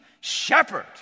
shepherd